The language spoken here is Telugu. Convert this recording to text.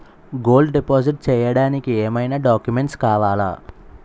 గోల్డ్ డిపాజిట్ చేయడానికి ఏమైనా డాక్యుమెంట్స్ కావాలా?